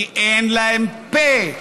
כי אין להם פה,